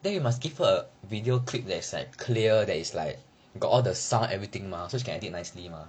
then you must give her a video clip that is like clear that is like got the sound and everything mah so she can edit nicely mah